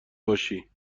باشی